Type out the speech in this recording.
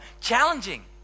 challenging